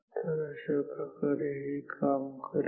तर अशाप्रकारे हे काम करेल